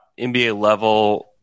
NBA-level